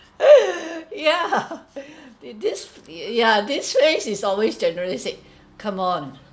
yeah it this yeah this race is always generally say come on